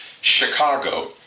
Chicago